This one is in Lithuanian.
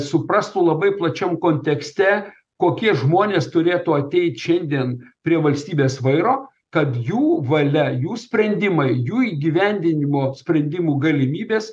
suprastų labai plačiam kontekste kokie žmonės turėtų ateiti šiandien prie valstybės vairo kad jų valia jų sprendimai jų įgyvendinimo sprendimų galimybės